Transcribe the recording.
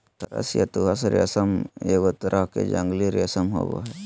तसर या तुसह रेशम एगो तरह के जंगली रेशम होबो हइ